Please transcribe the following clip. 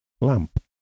Lamp